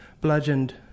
bludgeoned